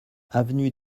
avenue